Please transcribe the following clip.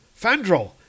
Fandral